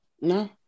No